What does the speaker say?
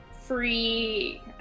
free